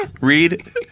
Read